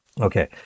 Okay